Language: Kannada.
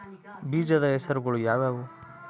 ಬೇಜದ ಹೆಸರುಗಳು ಯಾವ್ಯಾವು?